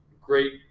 great